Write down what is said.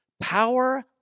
power